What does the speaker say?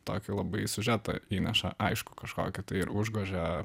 tokį labai siužetą įneša aiškų kažkokį tai ir užgožia